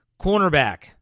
cornerback